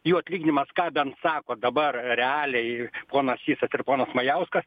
jų atlyginimas ką bent sako dabar realiai ponas sysas ir ponas majauskas